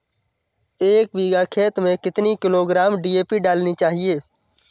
एक बीघा खेत में कितनी किलोग्राम डी.ए.पी डालनी चाहिए?